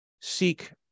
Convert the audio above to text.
seek